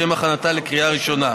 לשם הכנתה לקריאה ראשונה.